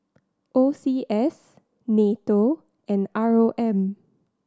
O C S NATO and R O M